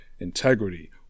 integrity